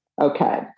Okay